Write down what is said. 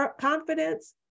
confidence